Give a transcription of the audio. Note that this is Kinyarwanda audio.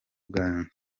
bwanjye